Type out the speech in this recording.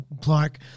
Clark